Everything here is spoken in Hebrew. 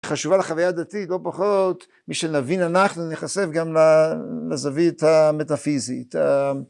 חשובה לחוויה הדתית, לא פחות משנבין אנחנו, נחשף גם לזווית המטאפיזית.